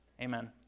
Amen